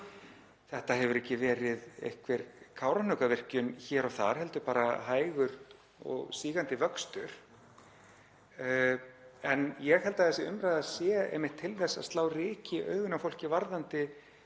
Þetta hefur ekki verið einhver Kárahnjúkavirkjun hér og þar heldur bara hægur og sígandi vöxtur. Ég held að þessi umræða sé einmitt til þess að slá ryki í augu fólks varðandi